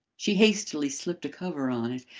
she hastily slipped a cover on it,